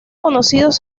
conocidos